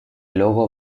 logo